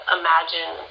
imagine